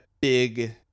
big